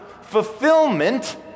Fulfillment